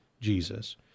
Jesus